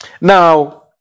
Now